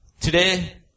today